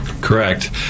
Correct